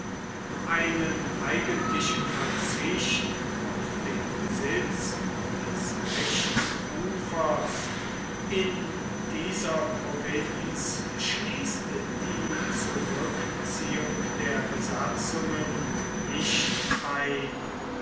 einen eigentlichen verzicht auf den besitz des rechten ufers in dieser provinz schließt die zurückziehung der besatzungen nicht ein